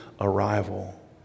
arrival